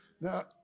Now